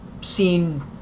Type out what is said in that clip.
seen